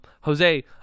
Jose